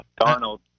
Darnold